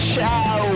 Show